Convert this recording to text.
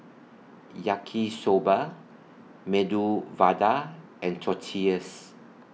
Yaki Soba Medu Vada and Tortillas